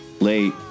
late